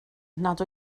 nad